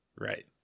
right